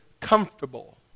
comfortable